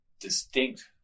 distinct